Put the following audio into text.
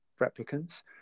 replicants